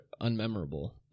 unmemorable